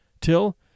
till